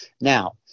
Now